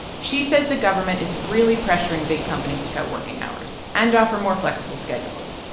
she says the government is really pressuring big companies to cut working hours and offer more flexible schedules,